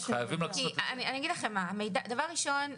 דבר ראשון,